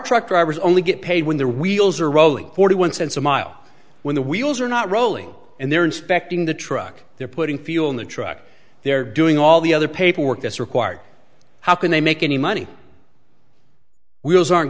truck drivers only get paid when their wheels are rolling forty one cents a mile when the wheels are not rolling and they're inspecting the truck they're putting fuel in the truck they're doing all the other paperwork that's required how can they make any money wheels are